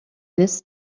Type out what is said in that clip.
this